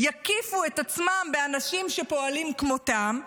יקיפו את עצמם באנשים שפועלים כמותם,